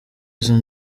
izo